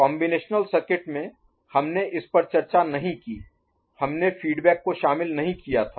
combinational circuit में हमने इस पर चर्चा नहीं की हमने फीडबैक को शामिल नहीं किया था